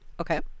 Okay